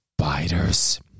spiders